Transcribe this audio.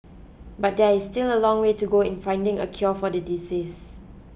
but there is still a long way to go in finding a cure for the disease